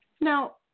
Now